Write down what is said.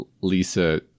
Lisa